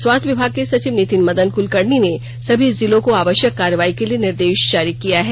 स्वास्थ्य विभाग के सचिव नितिन मदन कुलकर्णी ने सभी जिलों को आवश्यक कार्रवाई के लिए निर्देश जारी किया है